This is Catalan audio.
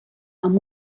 amb